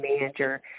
manager